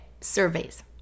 surveys